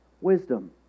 wisdom